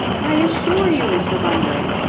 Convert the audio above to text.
i assure you, mr. bunbury,